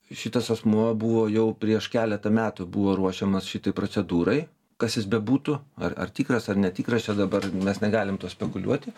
šitas asmuo buvo jau prieš keletą metų buvo ruošiamas šitai procedūrai kas jis bebūtų ar ar tikras ar netikras čia dabar mes negalim tuo spekuliuoti